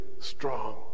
strong